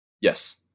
Yes